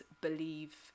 believe